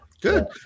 Good